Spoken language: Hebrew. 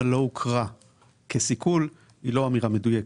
לא הוכרה כסיכול היא לא אמירה מדויקת.